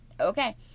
okay